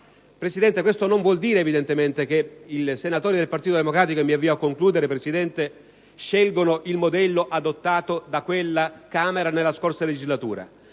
Presidente, questo non vuol dire evidentemente che i senatori del Partito Democratico - e mi avvio a concludere - scelgano il modello adottato da quella Camera nella scorsa legislatura.